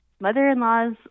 mother-in-laws